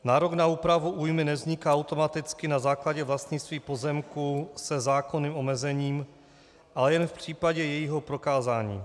Nárok na úpravu újmy nevzniká automaticky na základě vlastnictví pozemku se zákonným omezením, ale jen v případě jejího prokázání.